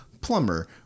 plumber